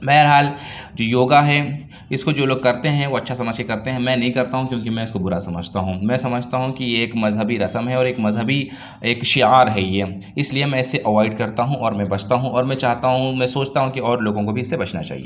بہرحال جو یوگا ہے اِس کو جو لوگ کرتے ہیں وہ اچھا سمجھ کے کرتے ہیں میں نہیں کرتا ہوں کیوں کہ میں اس کو بُرا سمجھتا ہوں میں سمجھتا ہوں کہ یہ ایک مذہبی رسم ہے اور ایک مذہبی ایک شعار ہے یہ اِس لیے میں اسے اوائڈ کرتا ہوں اور میں بچتا ہوں اور میں چاہتا ہوں میں سوچتا ہوں کہ اور لوگوں کو بھی اِس سے بچنا چاہیے